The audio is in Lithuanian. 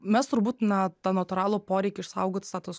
mes turbūt na tą natūralų poreikį išsaugot status